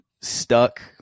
stuck